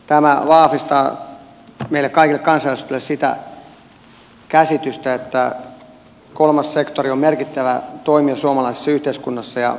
tämä vahvistaa meille kaikille kansanedustajille sitä käsitystä että kolmas sektori on merkittävä toimija suomalaisessa yhteiskunnassa ja tämän johdosta meidän ei tulisi väheksyä sitä